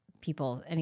people